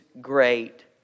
great